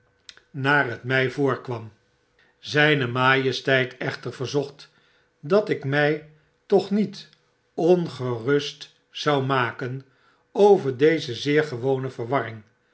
naar het my voorkwam zgne majesteit echter verzocht dat ik mg toch niet ongerust zou maken over deze zeer gewone verwarring